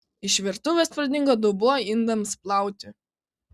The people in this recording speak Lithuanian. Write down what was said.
iš virtuvės pradingo dubuo indams plauti